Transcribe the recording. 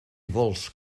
vols